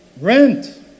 rent